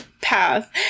path